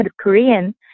Korean